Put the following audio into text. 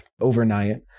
overnight